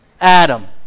Adam